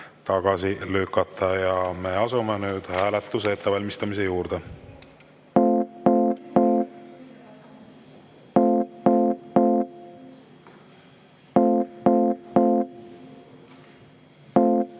tagasi lükata. Me asume nüüd hääletuse ettevalmistamise juurde.